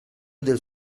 del